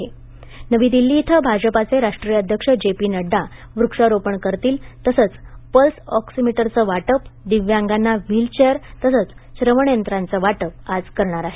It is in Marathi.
आज नवी दिल्ली इथं भाजपाचे राष्ट्रीय अध्यक्ष जे पी नड्डा वृक्षारोपण करतील तसंच पल्स ऑक्सीमीटर चं वाटप दिव्यांगांना व्हिलचेअर तसंच श्रवणयंत्रांचं वाटप करण्यात येणार आहे